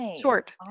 Short